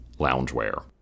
loungewear